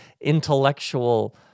intellectual